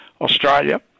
Australia